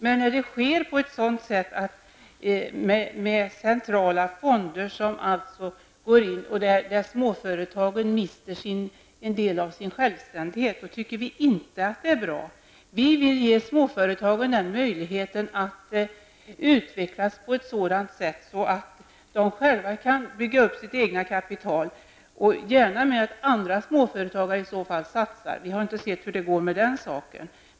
Men när detta sker med centrala fonder som går in så att småföretagen mister en del av sin självständighet, anser vi inte att det är bra. Centerpartiet vill ge småföretagen möjligheten att utvecklas på ett sådant sätt att de själva kan bygga upp ett eget kapital, och gärna satsa tillsammans med andra småföretagare. Vi har ännu inte sett hur det går med den saken.